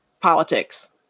politics